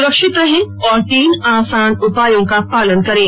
सुरक्षित रहें और तीन आसान उपायों का पालन करें